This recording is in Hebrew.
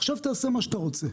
עכשיו תעשה מה שאתה רוצה.